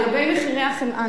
לגבי מחירי החמאה,